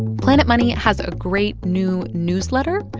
planet money has a great new newsletter.